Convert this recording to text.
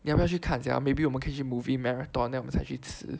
你要不要去怎样 maybe 我们可以去 movie marathon then 我们才去吃